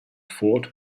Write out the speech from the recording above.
fort